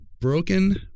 Broken